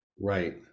Right